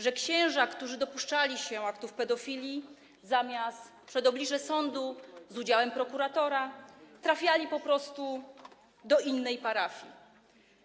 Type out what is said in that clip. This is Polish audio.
Że księża, którzy dopuszczali się aktów pedofilii, zamiast przed oblicze sądu, z udziałem prokuratora, trafiali po prostu do innej parafii.